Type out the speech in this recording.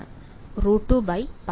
വിദ്യാർത്ഥി √2πx